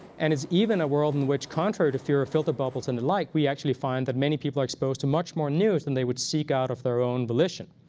and it's even a world in which, contrary to fear of filter bubbles and the like, we actually find that many people are exposed to much more news than they would seek out of their own volition.